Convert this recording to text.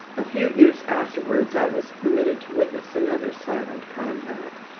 a few years afterwards i was permitted to witness another silent combat,